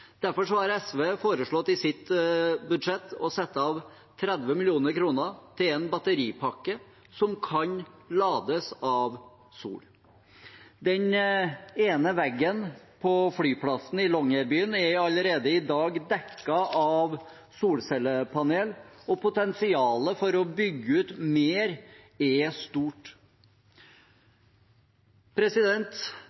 Derfor har SV foreslått i sitt budsjett å sette av 30 mill. kr til en batteripakke som kan lades av sol. Den ene veggen på flyplassen i Longyearbyen er allerede i dag dekket av solcellepanel, og potensialet for å bygge ut mer er stort.